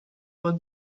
tuo